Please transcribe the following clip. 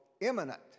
imminent